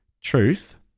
Truth